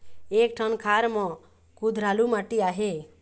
एक ठन खार म कुधरालू माटी आहे?